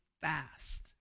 fast